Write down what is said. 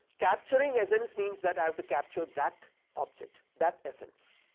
capturing essence means that i have to capture that object that essence.